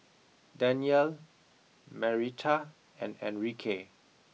Danyel Marietta and Enrique